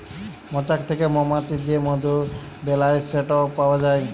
মচাক থ্যাকে মমাছি যে মধু বেলায় সেট পাউয়া যায়